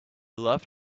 love